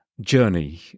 Journey